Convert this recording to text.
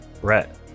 Brett